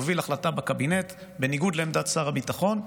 הוביל החלטה בקבינט בניגוד לעמדת שר הביטחון,